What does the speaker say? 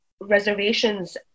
reservations